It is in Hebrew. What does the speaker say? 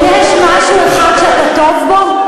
אם יש משהו אחד שאתה טוב בו,